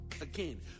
Again